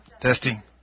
Testing